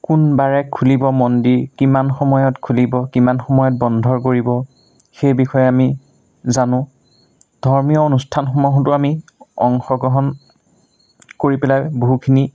কোনবাৰে খুলিব মন্দিৰ কিমান সময়ত খুলিব কিমান সময়ত বন্ধ কৰিব সেই বিষয়ে আমি জানোঁ ধৰ্মীয় অনুষ্ঠানসমূহতো আমি অংশগ্ৰহণ কৰি পেলাই বহুখিনি